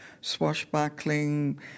swashbuckling